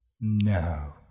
No